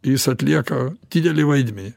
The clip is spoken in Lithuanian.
jis atlieka didelį vaidmenį